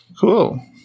Cool